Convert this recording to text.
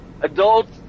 adults